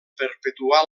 perpetuar